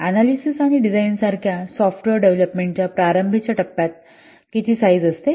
analysis आणि design सारख्या software डेव्हलपमेंटच्या प्रारंभीच्या टप्प्यात किती साईझ आहेत